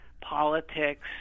politics